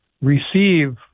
receive